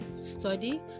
study